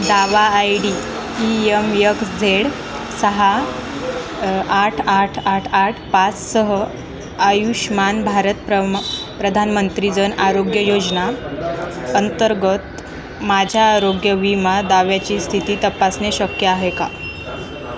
दावा I D E M X Z सहा आठ आठ आठ आठ पाच सह आयुष्मान भारत प्रम प्रधानमंत्री जन आरोग्य योजना अंतर्गत माझ्या आरोग्य विमा दाव्याची स्थिती तपासणे शक्य आहे का